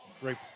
Great